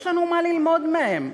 יש לנו מה ללמוד מהם,